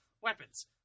weapons